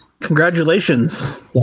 Congratulations